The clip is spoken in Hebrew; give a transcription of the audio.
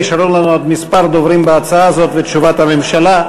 נשארו לנו עוד כמה דוברים בהצעה הזאת ותשובת הממשלה.